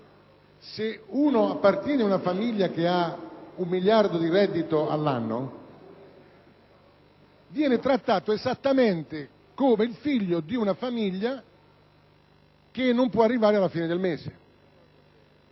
che appartiene ad una famiglia con un miliardo di reddito annuo viene trattato esattamente come il figlio di una famiglia che non puoarrivare alla fine del mese.